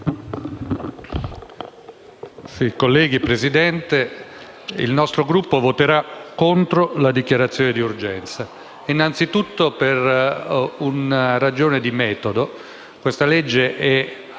il nostro Gruppo voterà contro la dichiarazione di urgenza, innanzitutto per una ragione di metodo: questo disegno di legge